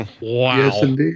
Wow